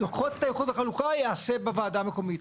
תוכניות האיחוד והחלוקה תיעשה בוועדה המקומית.